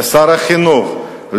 לשר החינוך,